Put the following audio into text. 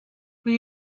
will